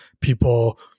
people